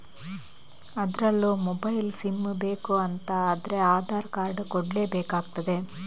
ಅದ್ರಲ್ಲೂ mobile sim ಬೇಕು ಅಂತ ಆದ್ರೆ ಆಧಾರ್ ಕಾರ್ಡ್ ಕೊಡ್ಲೇ ಬೇಕಾಗ್ತದೆ